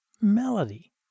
melody